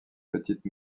petites